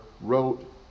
wrote